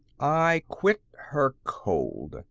i quit her cold.